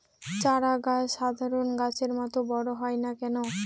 চারা গাছ সাধারণ গাছের মত বড় হয় না কেনো?